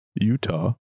Utah